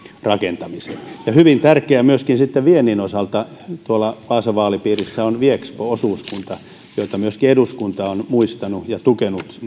rakentamiseen hyvin tärkeä sitten myöskin viennin osalta tuolla vaasan vaalipiirissä on viexpo osuuskunta jota myöskin eduskunta on muistanut on tukenut